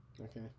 Okay